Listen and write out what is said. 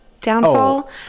downfall